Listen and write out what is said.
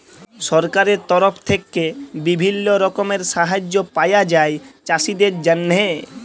সরকারের তরফ থেক্যে বিভিল্য রকমের সাহায্য পায়া যায় চাষীদের জন্হে